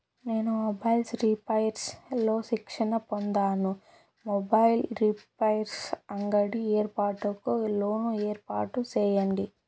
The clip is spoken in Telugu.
నేను మొబైల్స్ రిపైర్స్ లో శిక్షణ పొందాను, మొబైల్ రిపైర్స్ అంగడి ఏర్పాటుకు లోను ఏర్పాటు సేయండి?